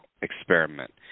experiment